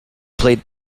played